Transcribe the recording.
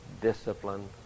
discipline